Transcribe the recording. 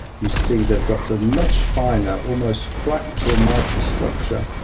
you see they've got a much finer, almost fractural microstructure,